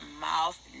mouth